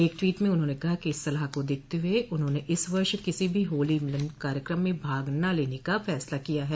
एक टवीट में उन्होंने कहा कि इस सलाह को देखते हुए उन्होंने इस वर्ष किसी भी होली मिलन कार्यक्रम में भाग न लेने का फैसला किया है